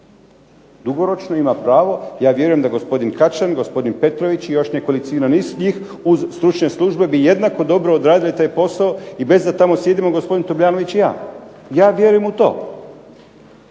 dugoročno ima pravo, ja vjerujem da gospodin Kačan, gospodin Petrović i još nekolicina niz njih uz stručne službe bi jednako dobro odradili taj posao, i bez tamo sjedimo gospodin Tomljanović i ja. Ja vjerujem u to.